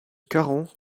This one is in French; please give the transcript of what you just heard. caron